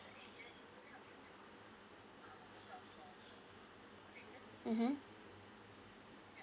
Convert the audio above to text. mmhmm